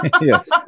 Yes